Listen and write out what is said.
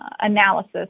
analysis